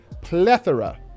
plethora